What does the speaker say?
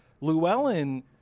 Llewellyn